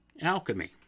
alchemy